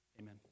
Amen